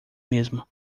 mesmo